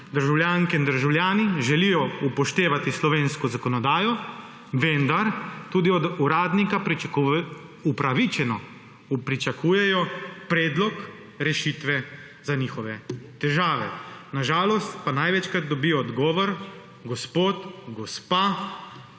državljanke in državljani želijo upoštevati slovensko zakonodajo, vendar tudi od uradnika upravičeno pričakujejo predlog rešitve za njihove težave. Na žalost pa največkrat dobijo odgovor, gospod, gospa,